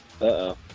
Uh-oh